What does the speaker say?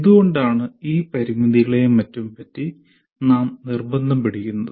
എന്തുകൊണ്ടാണ് ഈ പരിമിതികളെയും മറ്റും പറ്റി നാം നിർബന്ധം പിടിക്കുന്നത്